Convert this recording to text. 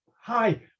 hi